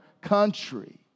country